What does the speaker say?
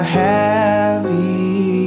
heavy